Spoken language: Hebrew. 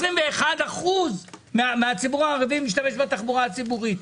21% מהציבור הערבי משתמש בתחבורה הציבורית.